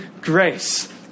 grace